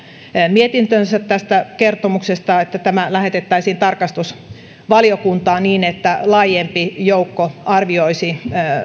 mietintönsä tästä kertomuksesta tämä lähetettäisiin tarkastusvaliokuntaan niin että laajempi joukko arvioisi